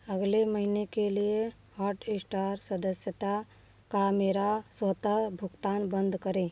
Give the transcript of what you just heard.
अगले महीने के लिए हॉटस्टार सदस्यता का मेरा स्वतः भुगतान बंद करें